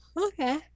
Okay